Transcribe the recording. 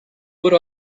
would